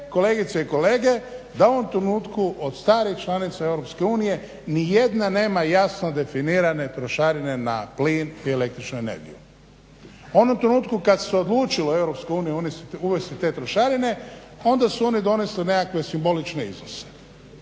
kolegice i kolege da u ovom trenutku od starih članica EU ni jedna nema jasno definirane trošarine na plin i električnu energiju. U onom trenutku kad se odlučilo u EU uvesti te trošarine onda su one donesle nekakve simbolične iznose.